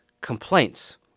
complaints